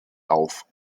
auf